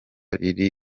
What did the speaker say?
riri